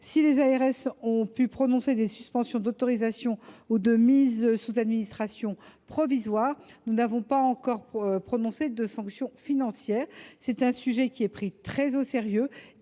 Si les ARS ont pu prononcer des suspensions d’autorisation ou de mise sous administration provisoire, nous n’avons pas encore prononcé de sanctions financières. En tout état de cause, soyez assurée,